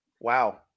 Wow